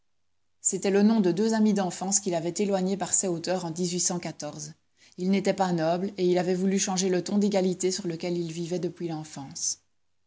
c'étaient les noms de deux amis d'enfance qu'il avait éloignés par ses hauteurs en ils n'étaient pas nobles et il avait voulu changer le ton d'égalité sur lequel ils vivaient depuis l'enfance